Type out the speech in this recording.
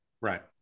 Right